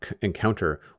encounter